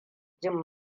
jin